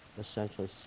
essentially